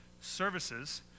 Services